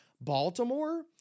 Baltimore